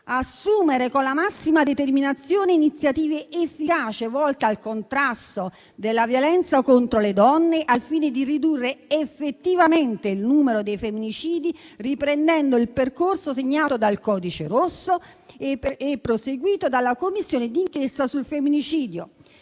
assumere con la massima determinazione iniziative efficaci, volte al contrasto della violenza contro le donne, al fine di ridurre effettivamente il numero dei femminicidi riprendendo il percorso segnato dal codice rosso e proseguito dalla Commissione d'inchiesta sul femminicidio;